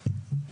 בבקשה.